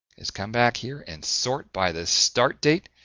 is come back here and sort by the start date,